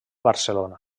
barcelona